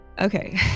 Okay